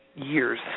years